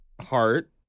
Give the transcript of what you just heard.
heart